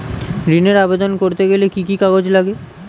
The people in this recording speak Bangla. ঋণের আবেদন করতে গেলে কি কি কাগজ লাগে?